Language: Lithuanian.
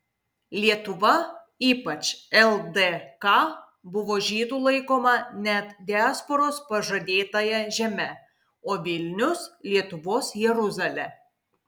lietuva ypač ldk buvo žydų laikoma net diasporos pažadėtąja žeme o vilnius lietuvos jeruzale